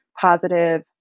positive